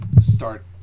start